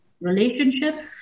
relationships